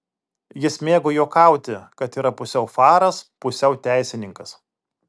jis mėgo juokauti kad yra pusiau faras pusiau teisininkas